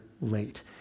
late